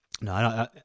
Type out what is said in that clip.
No